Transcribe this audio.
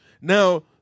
Now